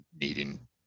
needing